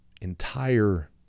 entire